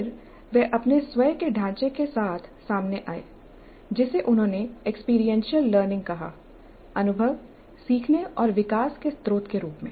फिर वह अपने स्वयं के ढांचे के साथ सामने आए जिसे उन्होंने एक्सपीरियंशियल लर्निंग कहा अनुभव सीखने और विकास के स्रोत के रूप में